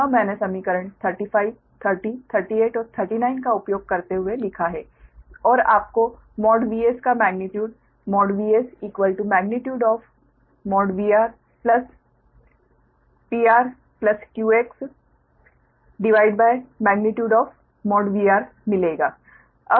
वह मैंने समीकरण 35 30 38 और 39 का उपयोग करते हुए लिखा है और आपको VS का magnitude VS magnitude of VR PRQXmagnitude of VR मिलेगा